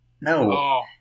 No